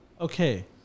okay